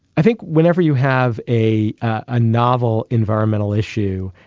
i think whenever you have a ah novel environmental issue,